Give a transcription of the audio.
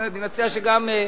אני מציע שגם,